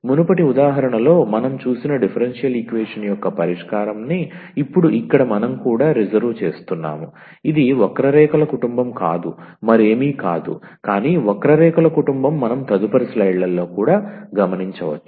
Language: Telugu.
మునుపటి ఉదాహరణలో మనం చూసిన డిఫరెన్షియల్ ఈక్వేషన్ యొక్క పరిష్కారంని ఇప్పుడు ఇక్కడ మనం కూడా రిజర్వు చేస్తున్నాము ఇది వక్రరేఖల కుటుంబం కాదు మరేమీ కాదు కానీ వక్రరేఖల కుటుంబం మనం తదుపరి స్లైడ్లలో కూడా గమనించవచ్చు